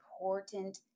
important